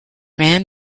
ran